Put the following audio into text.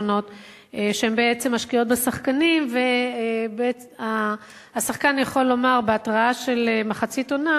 שבעצם משקיעות בשחקנים והשחקן יכול לומר בהתראה של מחצית העונה